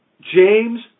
James